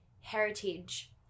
heritage